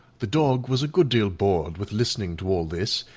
the dog was a good deal bored with listening to all this,